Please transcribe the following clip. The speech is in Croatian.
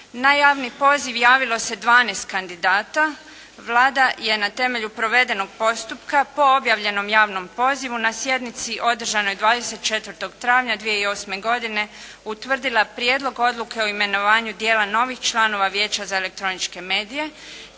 Na javni poziv javilo se 12 kandidata. Vlada je na temelju provedenog postupka po objavljenom javnom pozivu na sjednici održanoj 24. travnja 2008. godine, utvrdila Prijedlog odluke o imenovanju dijela novih članova Vijeća za elektroničke medije,